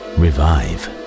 revive